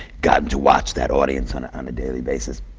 gotten to watch that audience on on a daily basis,